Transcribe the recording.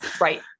Right